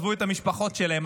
עזבו את המשפחות שלהם,